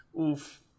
Oof